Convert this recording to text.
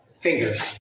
fingers